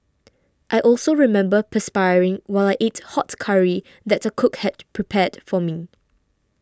I also remember perspiring while I ate hot curry that a cook had prepared for me